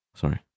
Sorry